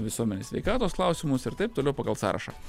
visuomenės sveikatos klausimus ir taip toliau pagal sąrašą